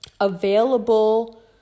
available